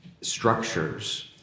structures